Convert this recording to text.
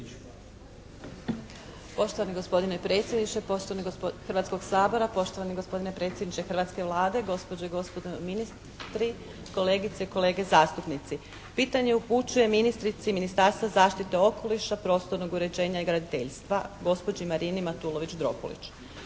Poštovani gospodine predsjedniče Hrvatskog sabora, poštovani gospodine predsjedniče hrvatske Vlade, gospođo i gospodo ministri, kolegice i kolege zastupnici! Pitanje upućujem ministrici Ministarstva zaštite okoliša, prostornog uređenja i graditeljstva gospođi Marini Matulović-Dropulić.